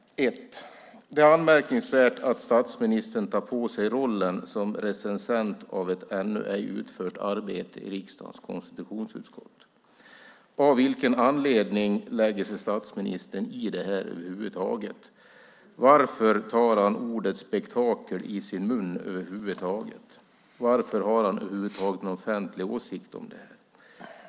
1. Det är anmärkningsvärt att statsministern tar på sig rollen som recensent av ett ännu ej utfört arbete i riksdagens konstitutionsutskott. Av vilken anledning lägger sig statsministern i det här över huvud taget? Varför tar han ordet "spektakel" i sin mun över huvud taget? Varför har han över huvud taget en offentlig åsikt om det här?